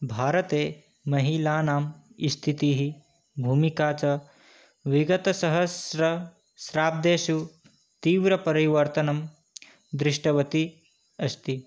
भारते महिलानां स्थितिः भूमिका च विगतसहस्राब्देषु तीव्रपरिवर्तनं दृष्टवती अस्ति